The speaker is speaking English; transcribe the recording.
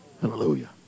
Hallelujah